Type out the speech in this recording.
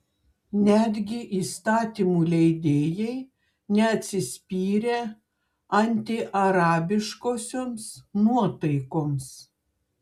netgi įstatymų leidėjai neatsispyrė antiarabiškosioms nuotaikoms